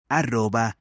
arroba